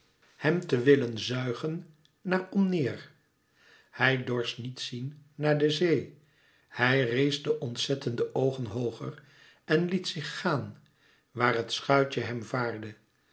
hem te willen zuigen naar omneêr hij dorst niet zien naar de zee hij rees de ontzette oogen hooger en liet zich gaan waar het schuitje hem vaarde